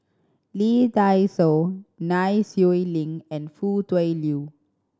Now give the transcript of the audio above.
Lee Dai Soh Nai Swee Leng and Foo Tui Liew